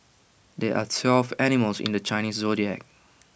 there are twelve animals in the Chinese Zodiac